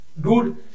dude